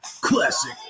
classic